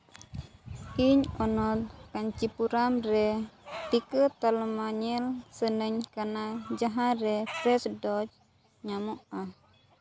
ᱤᱧ ᱦᱚᱱᱚᱛ ᱠᱟᱹᱧᱪᱤᱯᱩᱨᱚᱢ ᱨᱮ ᱴᱤᱠᱟᱹ ᱛᱟᱞᱢᱟ ᱧᱮᱞ ᱥᱟᱱᱟᱧ ᱠᱟᱱᱟ ᱡᱟᱦᱟᱸᱨᱮ ᱯᱷᱟᱥᱴ ᱰᱳᱡᱽ ᱧᱟᱢᱚᱜᱼᱟ